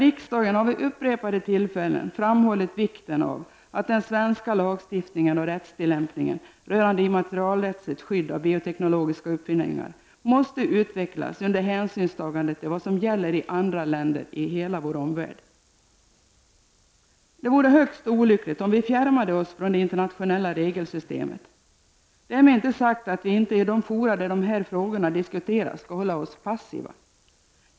Riksdagen har vid upprepade tillfällen framhållit vikten av att den svenska lagstiftningen och rättstillämpningen rörande immaterialrättsligt skydd av bioteknologiska uppfinningar måste utvecklas under hänsynstagande till vad som gäller i andra länder i hela vår omvärld. Det vore högst olyckligt om vi fjärmade oss från det internationella regelsystemet. Jag har därmed inte sagt att vi i de fora där dessa frågor diskuteras skall förhålla oss passiva.